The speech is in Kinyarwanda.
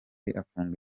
afunga